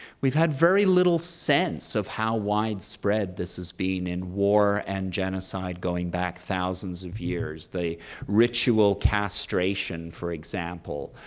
we've had very little sense of how widespread this has been in war and genocide going back thousands of years, the ritual castration, for example,